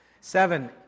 Seven